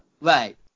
Right